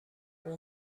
اون